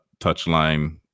touchline